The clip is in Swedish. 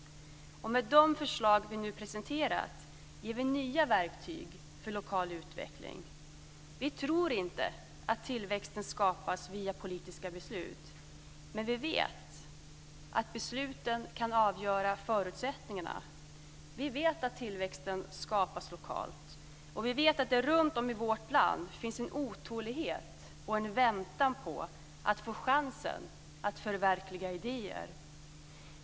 Med de förslag vi nu presenterar ger vi nya verktyg för lokal utveckling. Vi tror inte att tillväxten skapas via politiska beslut. Men vi vet att besluten kan avgöra förutsättningarna. Vi vet att tillväxten skapas lokalt. Vi vet att det runtom i vårt land finns en otålighet och en väntan på att få chansen att förverkliga idéer.